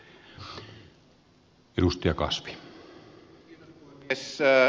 ensin kysymys